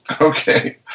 Okay